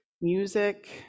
music